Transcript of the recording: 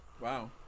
Wow